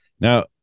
now